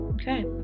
Okay